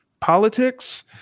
politics